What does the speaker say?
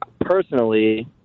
personally